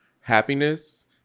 happiness